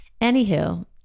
Anywho